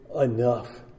enough